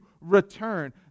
return